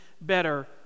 better